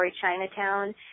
Chinatown